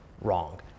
Wrong